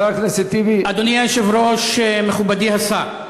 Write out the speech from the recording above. חבר הכנסת טיבי, אדוני היושב-ראש, מכובדי השר,